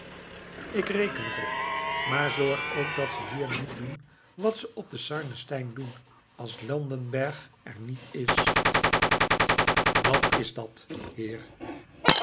ik reken er op maar zorg ook dat ze hier niet doen wat ze op den sarnenstein doen als landenberg er niet is wat is dat heer